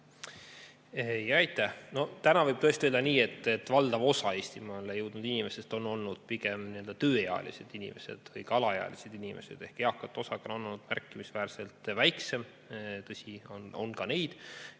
Aitäh! No täna võib tõesti öelda nii, et valdav osa Eestimaale jõudnud inimestest on olnud pigem tööealised inimesed, alaealiste inimeste ja eakate osakaal on olnud märkimisväärselt väiksem. Tõsi, on ka neid